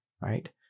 right